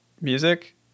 music